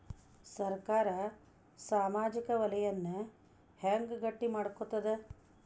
ಸರ್ಕಾರಾ ಸಾಮಾಜಿಕ ವಲಯನ್ನ ಹೆಂಗ್ ಗಟ್ಟಿ ಮಾಡ್ಕೋತದ?